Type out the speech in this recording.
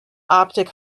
optic